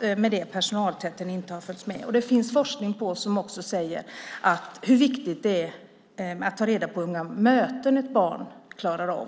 men att personaltätheten inte har följt med. Det finns också forskning där det sägs hur viktigt det är att ta reda på hur många möten ett barn klarar av.